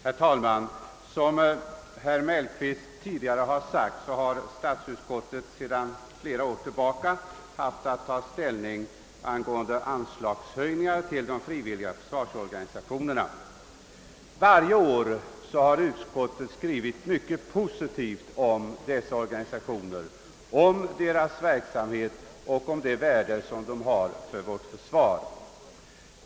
Herr talman! Såsom herr Mellqvist tidigare påpekat har statsutskottet sedan flera år tillbaka haft att ta ställning till framställningar om anslagshöjningar till de frivilliga försvarsorganisationerna. Varje år har utskottet skrivit mycket positivt om dessa organisationers verksamhet och om det värde som de har för vårt försvar.